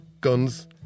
guns